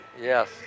yes